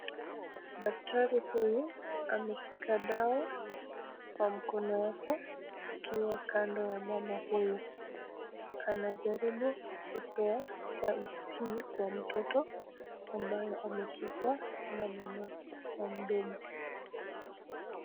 Daktari huyu ameshika dawa kwa mkono yake akiwa kando ya mama huyu, anajaribu kupea chanjo hii kwa mtoto ambaye ameshikwa na mamake kwa mdomo.